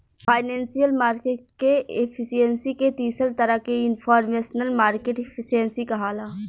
financial market के efficiency के तीसर तरह के इनफॉरमेशनल मार्केट एफिशिएंसी कहाला